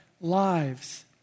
lives